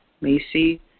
Macy